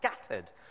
scattered